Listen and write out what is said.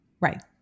Right